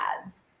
ads